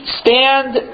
stand